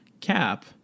Cap